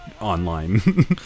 online